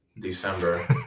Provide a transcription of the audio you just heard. December